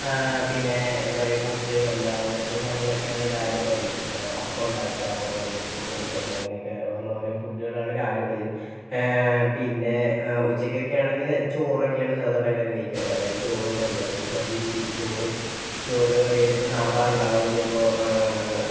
ആ പിന്നേ എന്താ പറയുക പുട്ട് കടല അങ്ങനത്തെ സാധനങ്ങള് ഒക്കെയാണ് രാവിലെ പതിവ് അപ്പം ഉണ്ടാക്കുക അപ്പവും കടലയും പുട്ടും മുട്ടയും അങ്ങനെ ഒക്കെ ഉള്ള ഓരോ ഫുഡുകളാണ് രാവിലെ പതിവ് പിന്നേ ഉച്ചയ്ക്കൊക്കെ ആണെങ്കില് ചോറൊക്കെ ആണ് സാധാരണ എല്ലാവരും കഴിക്കാറ് അതായത് ചോറും കറിയും അതായത് സദ്യ രീതിയില് ചോറ് ചോറില് കറിയായിട്ട് ഇപ്പോൾ സമ്പാറുണ്ടാകും ചിലപ്പോൾ